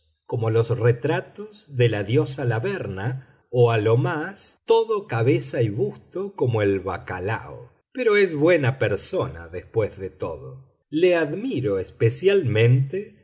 como los retratos de la diosa laverna o a lo más todo cabeza y busto como el bacalao pero es una buena persona después de todo le admiro especialmente